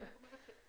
אני רק אומרת משום